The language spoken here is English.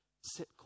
sit